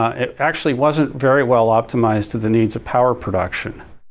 it actually wasn't very well optimized to the needs of power production.